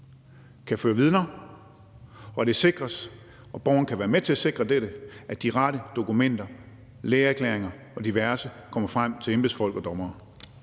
kan føre vidner, og hvor det sikres – og borgeren kan være med til at sikre dette – at de rette dokumenter, lægeerklæringer og diverse kommer frem til embedsfolk og dommere.